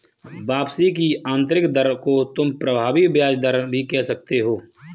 वापसी की आंतरिक दर को तुम प्रभावी ब्याज दर भी कह सकते हो